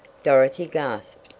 dorothy gasped.